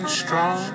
strong